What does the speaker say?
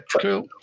cool